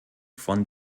von